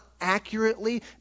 accurately